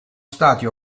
stati